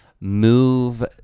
move